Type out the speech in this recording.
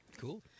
Cool